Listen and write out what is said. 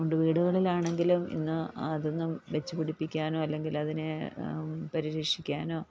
അതുകൊണ്ട് വീടുകളിൽ ആണെങ്കിലും ഇന്ന് അതൊന്നും വച്ചുപിടിപ്പിക്കാനോ അല്ലെങ്കില് അതിനെ പരിരക്ഷിക്കാനോ